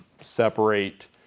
separate